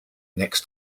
next